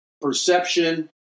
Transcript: perception